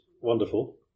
wonderful